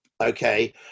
okay